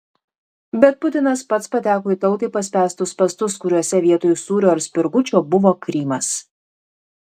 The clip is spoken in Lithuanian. bet putinas pats pateko į tautai paspęstus spąstus kuriuose vietoj sūrio ar spirgučio buvo krymas